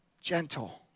gentle